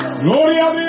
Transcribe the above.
Gloria